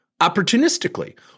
opportunistically